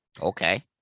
Okay